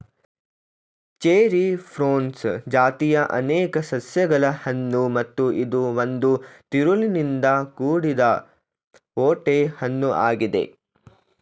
cherry Prunus ಜಾತಿಯ ಅನೇಕ ಸಸ್ಯಗಳ ಹಣ್ಣು ಮತ್ತು ಇದು ಒಂದು ತಿರುಳಿನಿಂದ ಕೂಡಿದ ಓಟೆ ಹಣ್ಣು ಆಗಿದೆ